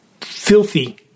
Filthy